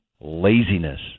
laziness